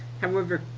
however,